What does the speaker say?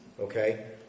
okay